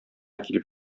килеп